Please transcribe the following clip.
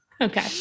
Okay